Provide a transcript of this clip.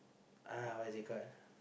uh what is it call